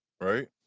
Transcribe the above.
right